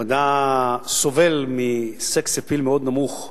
המדע סובל מסקס-אפיל מאוד נמוך,